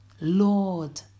Lord